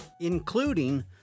including